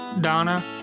Donna